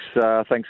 thanks